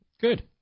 Good